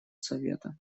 совета